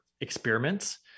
experiments